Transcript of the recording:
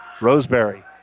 Roseberry